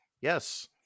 Yes